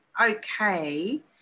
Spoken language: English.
okay